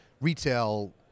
retail